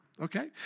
Okay